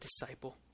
disciple